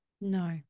No